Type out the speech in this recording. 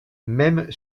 même